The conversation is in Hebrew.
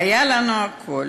היה לנו הכול